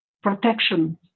protection